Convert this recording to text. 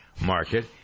market